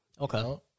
Okay